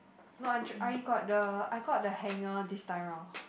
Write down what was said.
not I got the I got the hanger this time round